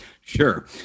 Sure